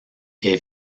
est